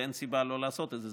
ואין סיבה לא לעשות את זה.